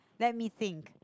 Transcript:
let me think